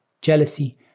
jealousy